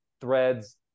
threads